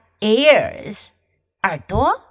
ears,耳朵